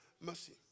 mercy